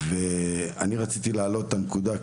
אני רציתי להעלות נקודה מסוימת,